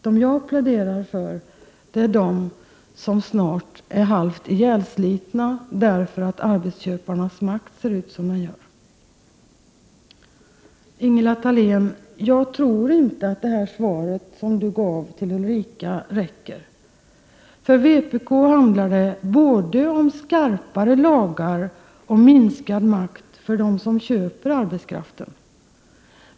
De jag pläderar för är de som snart är halvt ihjälslitna därför att arbetsköparnas makt ser ut som den gör. Jag tror inte att det svar som Ingela Thalén gav Ulrika räcker. För vpk handlar det både om skarpare lagar och minskad makt för dem som köper arbetskraften.